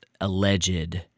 alleged